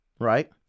right